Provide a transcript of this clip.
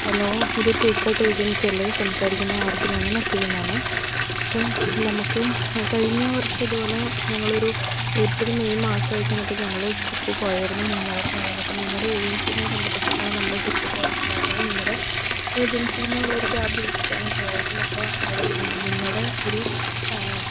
hello ഇത് true cut ഏജൻസിയല്ലേ സംസാരിക്കുന്നത് ആർദ്രയാണ് മറ്റൂർന്നാണ് അപ്പോള് നമുക്ക് കഴിഞ്ഞവർഷം ഇതുപോലെ ഞങ്ങളൊരു ഏപ്രിൽ മെയ് മാസമായിക്കഴിഞ്ഞപ്പോള് ഞങ്ങള് ട്രിപ്പ് പോയാരുന്നു മൂന്നാറിനായിരുന്നു അപ്പോള് നിങ്ങളുടെ ഏജൻസിയുമായി ബന്ധപ്പെട്ടിട്ടാണ് നമ്മള് ട്രിപ്പ് പോയിട്ടുണ്ടായിരുന്നത് നിങ്ങളുടെ ഏജൻസീന്നൊള്ളൊരു ക്യാബ് വിളിച്ചിട്ടാണ് പോയത് അപ്പോള് നിങ്ങളുടെ ഒരു